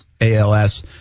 ALS